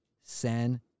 San